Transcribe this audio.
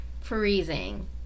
freezing